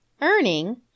earning